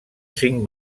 cinc